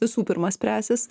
visų pirma spręsis